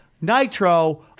Nitro